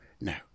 No